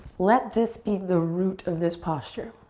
let this be the root of this posture.